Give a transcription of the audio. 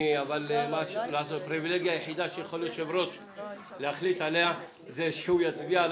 אבל הפריווילגיה היחידה שיש ליושב-ראש היא שהוא יצביע על